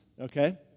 Okay